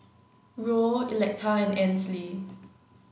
Ruel Electa and Ansley